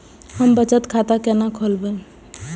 हम बचत खाता केना खोलैब?